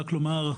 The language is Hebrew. רק לומר,